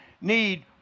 need